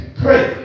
pray